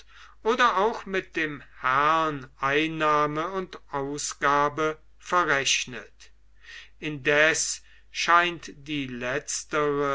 oder auch mit dem herrn einnahme und ausgabe verrechnet indes scheint die letztere